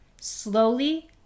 Slowly